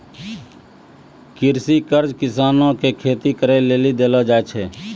कृषि कर्ज किसानो के खेती करे लेली देलो जाय छै